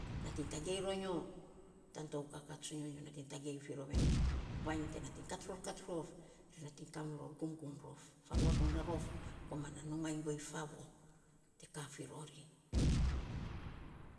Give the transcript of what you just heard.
Nating tagei ro nyo tan tou kaka tsonyo, nyo nating tagei fi rou ya nei vainy te nating kat ror kat rof, nating miror gumgum rof. Faruak non a rof komana numa iny guei favot. Te ka fi rori